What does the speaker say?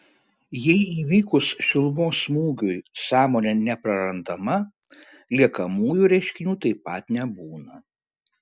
jei įvykus šilumos smūgiui sąmonė neprarandama liekamųjų reiškinių taip pat nebūna